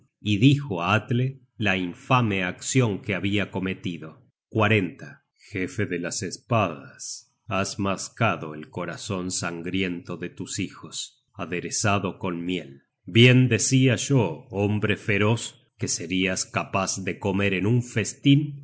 y dijo á atle la infame accion que habia cometido jefe de las espadas has mascado el corazon sangriento de tus hijos aderezado con miel bien decia yo hombre feroz que serias capaz de comer en un festin la